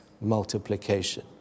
Multiplication